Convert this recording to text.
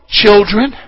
children